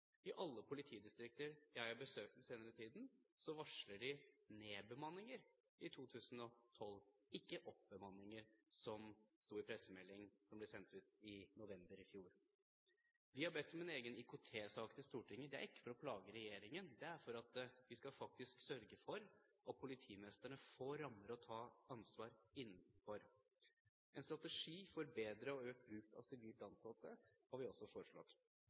I alle politidistrikter jeg har besøkt den senere tiden, varsler de om nedbemanninger i 2012, ikke oppbemanninger, som det sto i en pressemelding som ble sendt ut i november i fjor. Vi har bedt om en egen IKT-sak til Stortinget. Det er ikke for å plage regjeringen, det er for at vi skal sørge for at politimestrene får rammer å ta ansvar innenfor. En strategi for bedre og økt bruk av sivilt ansatte har vi også foreslått.